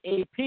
AP